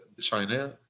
China